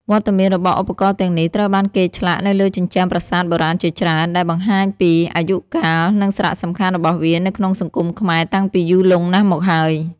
វត្តមានរបស់ឧបករណ៍ទាំងនេះត្រូវបានគេឆ្លាក់នៅលើជញ្ជាំងប្រាសាទបុរាណជាច្រើន ដែលបង្ហាញពីអាយុកាល និងសារៈសំខាន់របស់វានៅក្នុងសង្គមខ្មែរតាំងពីយូរលង់ណាស់មកហើយ។